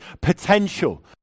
potential